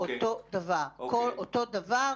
הכול אותו דבר.